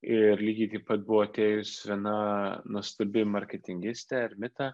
ir lygiai taip pat buvo atėjus viena nuostabi marketingistė ermita